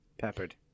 Peppered